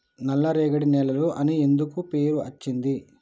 నల్లరేగడి నేలలు అని ఎందుకు పేరు అచ్చింది?